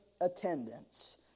attendance